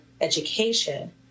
education